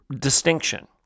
distinction